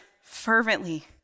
fervently